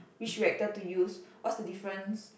which reactor to use what's the difference